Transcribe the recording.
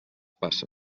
passa